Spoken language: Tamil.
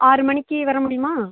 ஆறு மணிக்கு வர முடியுமா